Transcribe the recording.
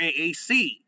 AAC